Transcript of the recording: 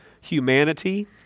humanity